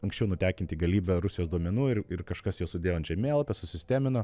anksčiau nutekinti galybė rusijos duomenų ir ir kažkas juos sudėjo ant žemėlapio susistemino